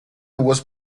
was